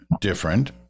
different